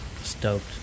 stoked